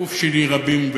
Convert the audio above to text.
בגוף שני רבים,